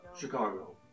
Chicago